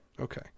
okay